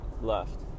left